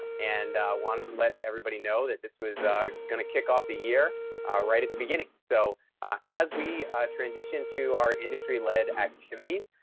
and wanted to let everybody know that this was going to kick off the year right at the beginning. so as we transition to our industry lead activities.